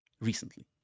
recently